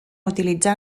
utilitzar